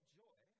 joy